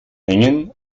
hängen